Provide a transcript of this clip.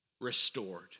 restored